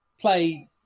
play